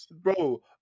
Bro